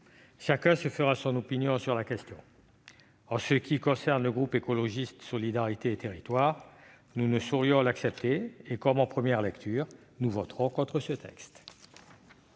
Chacun se fera son opinion sur la question. En ce qui concerne le groupe Écologiste - Solidarité et Territoires, nous ne saurions l'accepter. Comme en première lecture, nous voterons contre ce texte.